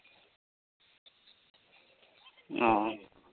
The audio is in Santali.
ᱚ